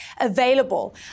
available